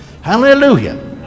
Hallelujah